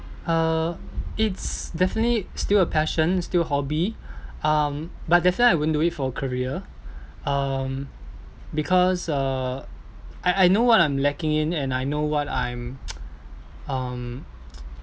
uh it's definitely still a passion still a hobby um but definitely I won't do it for career um because uh I I know what I'm lacking in and I know what I'm um